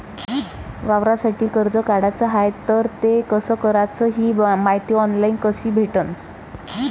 वावरासाठी कर्ज काढाचं हाय तर ते कस कराच ही मायती ऑनलाईन कसी भेटन?